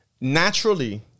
naturally